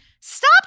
stop